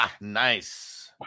Nice